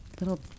Little